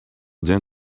them